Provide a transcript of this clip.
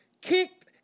kicked